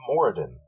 Moradin